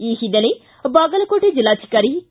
ಈ ಹಿನ್ನೆಲೆ ಬಾಗಲಕೋಟೆ ಜಿಲ್ಲಾಧಿಕಾರಿ ಕೆ